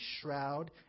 shroud